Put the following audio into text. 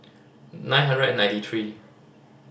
nine hundred and ninety three